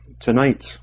tonight